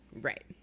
Right